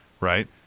right